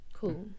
Cool